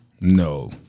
No